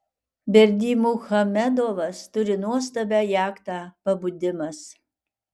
berdymuchamedovas turi nuostabią jachtą pabudimas